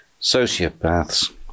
sociopaths